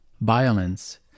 violence